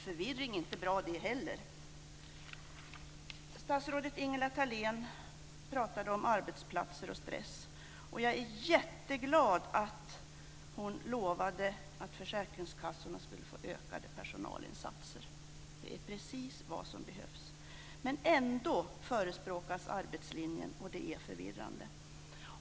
Förvirring är inte bra, det heller. Statsrådet Ingela Thalén pratade om arbetsplatser och stress. Jag är jätteglad att hon lovade att försäkringskassorna skulle få ökade personalinsatser. Det är precis vad som behövs. Men ändå förespråkas arbetslinjen, och det är förvirrande.